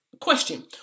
question